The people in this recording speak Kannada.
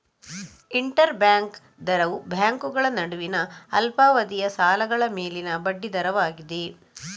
ಇಂಟರ್ ಬ್ಯಾಂಕ್ ದರವು ಬ್ಯಾಂಕುಗಳ ನಡುವಿನ ಅಲ್ಪಾವಧಿಯ ಸಾಲಗಳ ಮೇಲಿನ ಬಡ್ಡಿ ದರವಾಗಿದೆ